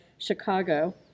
Chicago